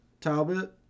Talbot